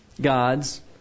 God's